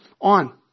on